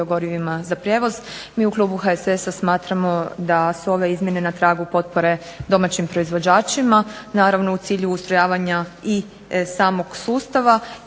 o biogorivima za prijevoz. Mi u klubu HSS-a smatramo da su ove izmjene na tragu potpore domaćim proizvođačima, naravno u cilju ustrojavanja i samog sustava